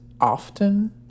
often